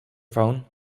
phone